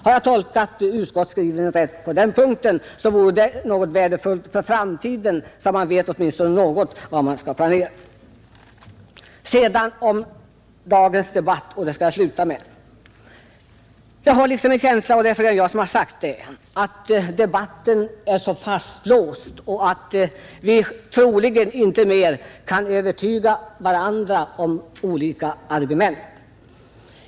Har jag tolkat utskottets skrivning rätt på den punkten vore det värdefullt för framtiden, så att vi vet åtminstone något om vad vi skall planera. Jag har en känsla av — och det är flera talare i dag som har sagt detsamma — att debatten är fastlåst och att vi troligen inte kan övertyga varandra med olika argument.